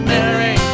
Mary